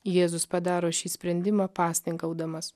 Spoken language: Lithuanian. jėzus padaro šį sprendimą pasninkaudamas